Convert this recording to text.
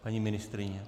Paní ministryně?